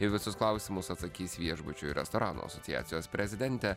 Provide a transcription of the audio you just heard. į visus klausimus atsakys viešbučių ir restoranų asociacijos prezidentė